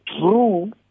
true